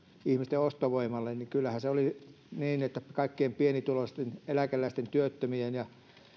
ihmisten ostovoimalle niin kyllähän se oli niin että kaikkein pienituloisimpien eläkeläisten työttömien ja